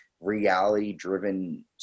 reality-driven